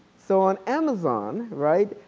so on amazon, right,